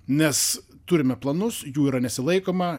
nes turime planus jų yra nesilaikoma